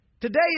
Today